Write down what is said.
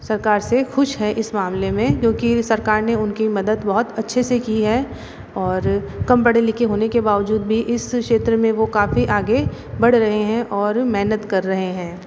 सरकार से ख़ुश हैं इस मामले मे क्योंकि सरकार ने उनकी मदद बहुत अच्छे से की है और कम पढ़े लिखे होने के बावजूद भी इस क्षेत्र में वो काफ़ी आगे बढ़ रहे है और मेहनत कर रहे हैं